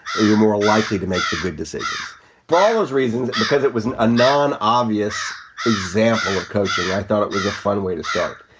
you're more likely to make the good decisions for ah those reasons, because it was a non obvious example of coaching. i thought it was a fun way to start.